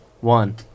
one